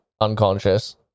unconscious